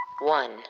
one